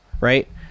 Right